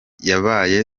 yabaye